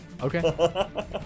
Okay